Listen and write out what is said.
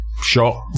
Shot